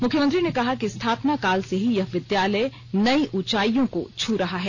मुख्यमंत्री ने कहा कि स्थापना काल से ही यह विद्यालय नई ऊंचाइयों को छू रही है